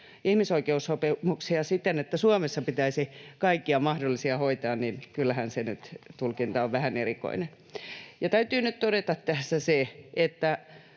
ihmisoikeussopimuksia siten, että Suomessa pitäisi kaikkia mahdollisia hoitaa, niin kyllähän se tulkinta on nyt vähän erikoinen. Täytyy nyt todeta tässä se, että